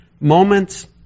moments